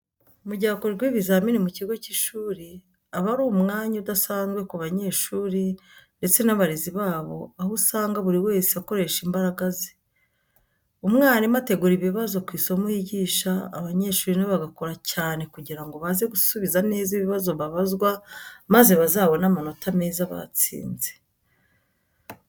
Mu gihe hakorwa ibizamini mu kigo cy'ishuri aba ari umwanya udasanzwe ku banyeshiri ndetse n'abarezi babo aho usanga buri wese akoresha imbaraga se. Umwarimu ategura ibibazo ku isomo yigisha, abanyeshuri nabo bagakora cyane kugirango baze gusubiza neza ibibazo babazwa maze bazabone amanota meza batsinze.